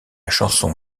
chanson